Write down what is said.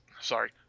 sorry